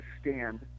stand